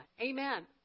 amen